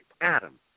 Adam